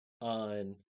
on